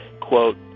quote